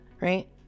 right